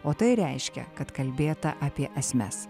o tai reiškia kad kalbėta apie esmes